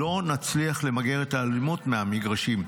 לא נצליח למגר את האלימות במגרשים.